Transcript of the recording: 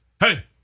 Hey